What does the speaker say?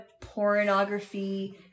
pornography